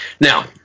Now